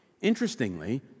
Interestingly